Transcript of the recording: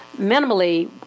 minimally